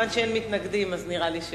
כיוון שאין מתנגדים, אז נראה לי שבקשתכם,